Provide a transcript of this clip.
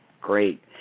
great